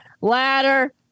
ladder